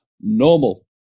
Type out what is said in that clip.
normal